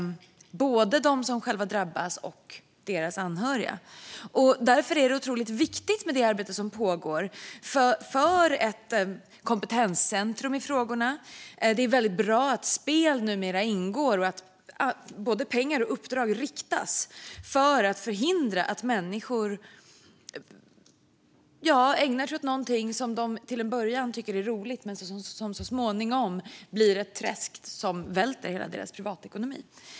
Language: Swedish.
Det gäller både dem som drabbas och deras anhöriga. Det arbete som pågår för ett kompetenscentrum är viktigt. Det är bra att spel ingår och att både pengar och uppdrag riktas för att förhindra att människor ägnar sig åt något som till en början är roligt men så småningom blir ett träsk som välter hela deras privatekonomi.